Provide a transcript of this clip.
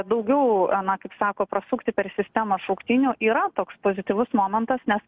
daugiau na kaip sako prasukti per sistemą šauktinių yra toks pozityvus momentas nes